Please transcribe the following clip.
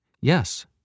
Yes